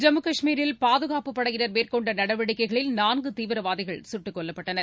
ஜம்மு காஷ்மீரில் பாதுகாப்புப் படையினர் மேற்கொண்ட நடவடிக்கைகளில் நான்கு தீவிரவாதிகள் சுட்டுக் கொல்லப்பட்டனர்